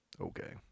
Okay